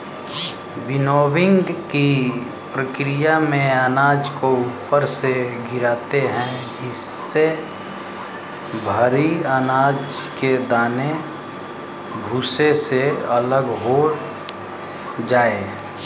विनोविंगकी प्रकिया में अनाज को ऊपर से गिराते है जिससे भरी अनाज के दाने भूसे से अलग हो जाए